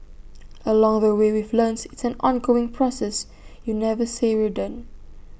along the way we've learnt it's an ongoing process you never say we're done